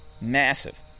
massive